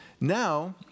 Now